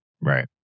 Right